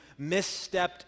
misstepped